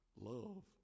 love